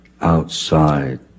outside